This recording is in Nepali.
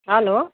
हेलो